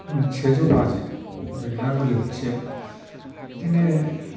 सेजौ बाजि बेबादि ना बोेलोबोथियाया बिदिनो